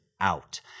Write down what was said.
out